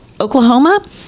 Oklahoma